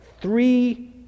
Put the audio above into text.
three